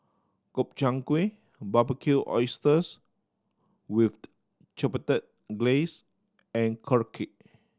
Gobchang Gui Barbecued Oysters with Chipotle Glaze and Korokke